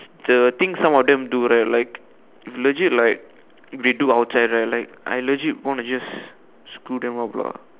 the things some of them do right like legit like they do outside right like I legit want to just screw them off lah